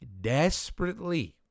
desperately